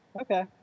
Okay